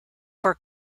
for